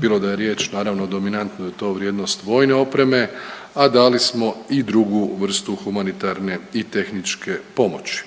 bilo da je riječ naravno dominanto je to vrijednost vojne opreme, a dali smo i drugu vrstu humanitarne i tehničke pomoći.